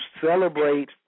celebrate